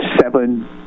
seven